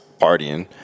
partying –